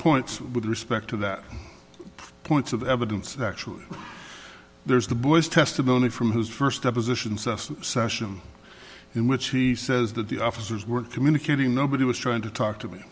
points with respect to that points of evidence actually there's the boy's testimony from his first depositions us session in which he says that the officers weren't communicating nobody was trying to talk to me